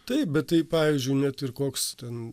taip bet tai pavyzdžiui net ir koks ten